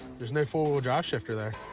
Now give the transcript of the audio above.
there's no four-wheel drive shifter there.